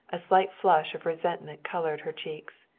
a slight flush of resentment colored her cheeks.